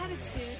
attitude